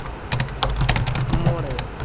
ᱢᱚᱬᱮ